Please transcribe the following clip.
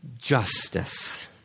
justice